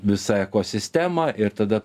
visa ekosistema ir tada